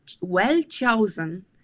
well-chosen